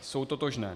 Jsou totožné.